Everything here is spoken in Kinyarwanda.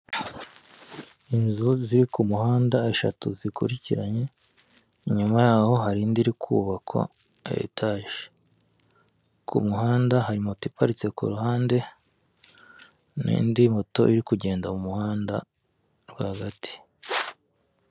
Inzu ziri ku muhanda eshatu zikurikiranye, inyuma yaho hari indi iri kubakwa ya etaje, ku muhanda hari moto iparitse ku ruhande n'indi moto iri kugenda mu muhanda rwagati.